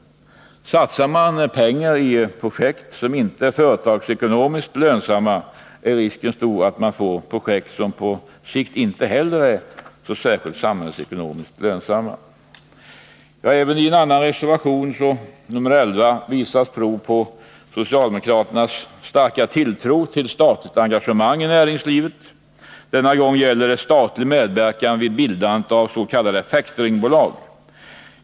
Satsar man pengar i projekt som inte är företagsekonomiskt lönsamma, är risken stor att man får projekt som på sikt inte heller är särskilt lönsamma samhällsekonomiskt. Även i reservation 11 visas prov på socialdemokraternas starka tilltro till statligt engagemang i näringslivet. Denna gång gäller det statlig medverkan vid bildande av s.k. factoringbolag.